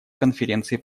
конференции